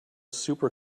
super